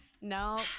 no